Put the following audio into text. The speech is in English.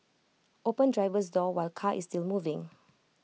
open driver's door while car is still moving